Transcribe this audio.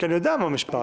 כי אני יודע מה המשפט.